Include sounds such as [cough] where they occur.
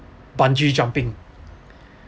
bungee jumping [breath]